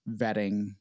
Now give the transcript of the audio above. vetting